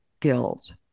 guilt